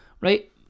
right